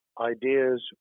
ideas